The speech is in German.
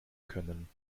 können